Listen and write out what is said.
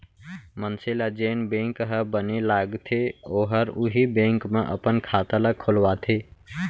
मनसे ल जेन बेंक ह बने लागथे ओहर उहीं बेंक म अपन खाता ल खोलवाथे